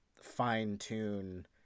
fine-tune